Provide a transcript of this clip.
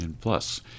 Plus